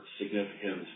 significant